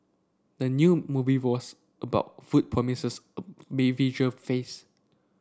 the new movie was about food promises me visual feast